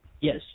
Yes